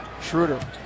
Schroeder